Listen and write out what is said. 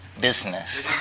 business